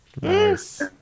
Yes